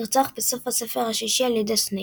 נרצח בסוף הספר השישי על ידי סנייפ.